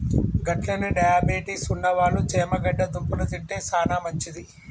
గట్లనే డయాబెటిస్ ఉన్నవాళ్ళు చేమగడ్డ దుంపలు తింటే సానా మంచిది